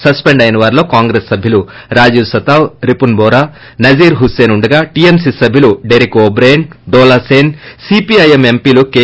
సస్సిండ్ అయిన వారిలో కాంగ్రెస్ సభ్యులు రాజీవ్ సాతావ్ రిపున్ బోరా నజీర్ హుస్సేన్ ఉండగా టిఎంసి సభ్యులు డెరెక్ ఓబ్రియన్ డోలా సేన్ సిపిఐ ఎం ఎంపిలు కె